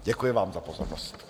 Děkuji vám za pozornost.